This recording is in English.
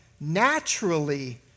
naturally